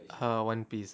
uh one piece